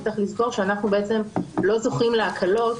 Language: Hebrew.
צריך לזכור שאנחנו בעצם לא זוכים להקלות,